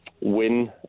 win